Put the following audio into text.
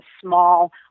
small